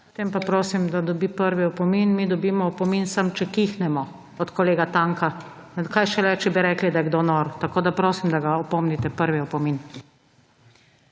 Potem pa prosim, da dobi prvi opomin. Mi dobimo opomin samo, če kihnemo od kolega Tanka, kaj šele, če bi rekli, da je kdo nor. Tako, da prosim, da ga opomnite, prvi opomin.